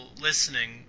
listening